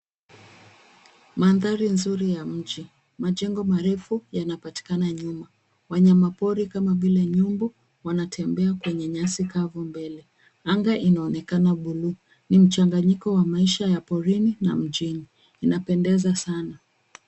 Mandhari mzuri ya mji. Majengo marefu yanapatikana nyuma. Wanyamapori kama vile nyumbu, wanatembea kwenye nyasi kavu mbele. Anga inaonekana buluu. Ni mchanganyiko wa maisha ya porini na mjini. Inapendeza sana.